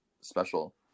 special